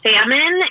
Salmon